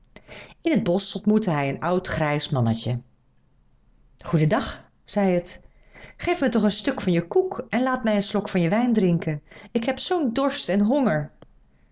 in het bosch ontmoette hij een oud grijs mannetje goeden dag zei het geef mij toch een stuk van je koek en laat mij een slok van je wijn drinken ik heb zoo'n dorst en honger